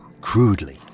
crudely